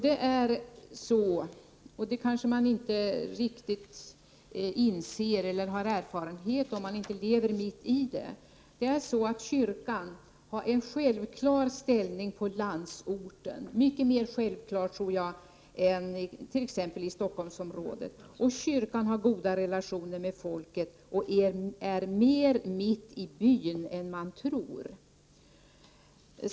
Det är så, vilket man kanske inte riktigt inser om man inte lever mitt i denna verklighet, att kyrkan har en självklar ställning i landsorten — mycket mer självklar, tror jag, än t.ex. i Stockholmsområdet. Kyrkan har goda relationer till folket och är mer mitt i byn än man tror.